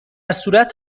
صورت